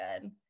good